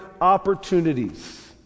opportunities